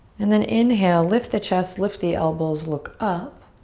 and then inhale, lift the chest, lift the elbows, look up.